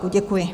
Děkuji.